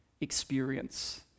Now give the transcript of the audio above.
experience